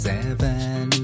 Seven